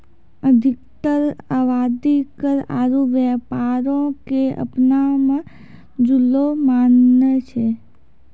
अधिकतर आवादी कर आरु व्यापारो क अपना मे जुड़लो मानै छै